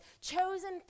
chosen